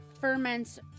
ferments